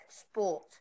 sport